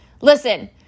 Listen